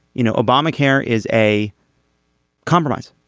you know obamacare is a compromise.